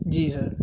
جی سر